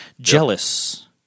Jealous